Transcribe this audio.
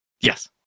Yes